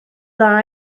dda